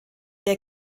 der